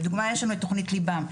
לדוגמה יש שם את תכנית לב"ם,